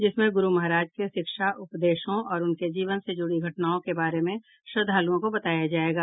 जिसमें गुरू महाराज के शिक्षा उपदेशों और उनके जीवन से जुड़ी घटनाओं के बारे में श्रद्वालुओं को बताया जायेगा